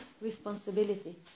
responsibility